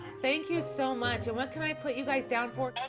thank you so much. and what can i put you guys down for?